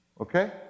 okay